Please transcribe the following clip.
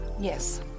Yes